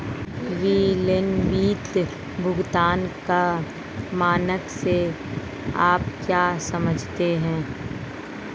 विलंबित भुगतान का मानक से आप क्या समझते हैं?